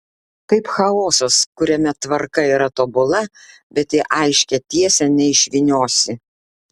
kaip chaosas kuriame tvarka yra tobula bet į aiškią tiesę neišvyniosi